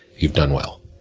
you've done well.